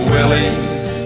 Willie's